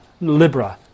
Libra